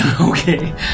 Okay